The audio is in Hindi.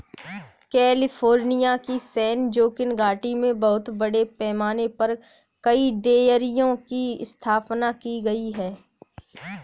कैलिफोर्निया की सैन जोकिन घाटी में बहुत बड़े पैमाने पर कई डेयरियों की स्थापना की गई है